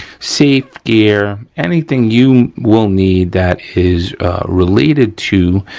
safe gear, anything you will need that is related to